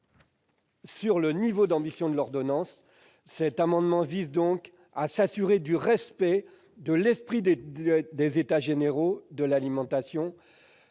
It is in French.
sur le niveau d'ambition de l'ordonnance. Cet amendement a pour objet de s'assurer du respect de l'esprit des États généraux de l'alimentation